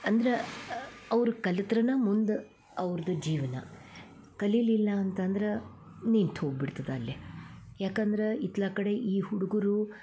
ಅಂದ್ರೆ ಅವರು ಕಲಿತರೆ ಮುಂದೆ ಅವ್ರ್ದು ಜೀವನ ಕಲಿಲಿಲ್ಲ ಅಂತಂದ್ರೆ ನಿಂತು ಹೋಗಿ ಬಿಡ್ತದೆ ಅಲ್ಲಿ ಯಾಕಂದರೆ ಇತ್ಲ ಕಡೆ ಈ ಹುಡುಗರು